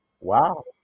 Wow